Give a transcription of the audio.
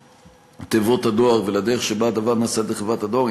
מספר תיבות הדואר ולדרך שבה הדבר נעשה בחברת הדואר,